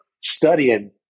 studying